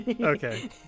Okay